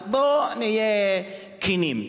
אז בואו נהיה כנים.